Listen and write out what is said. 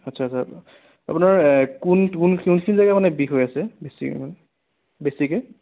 আচ্ছা আচ্ছা আচ্ছা আপোনাৰ কোন কোন কোনখিনি জেগা মানে বিষ হৈ আছে বেছিকে